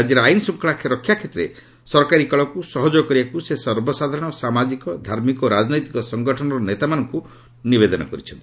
ରାଜ୍ୟରେ ଆଇନ୍ଶ୍ରୁଙ୍ଗଳା ରକ୍ଷା କ୍ଷେତ୍ରରେ ସରକାରୀକଳକୁ ସହଯୋଗ କରିବାକୁ ସେ ସର୍ବସାଧାରଣ ଓ ସାମାଜିକ ଧାର୍ମିକ ଓ ରାଜନୈତିକ ସଂଗଠନର ନେତାମାନଙ୍କୁ ନିବେଦନ କରିଛନ୍ତି